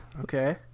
okay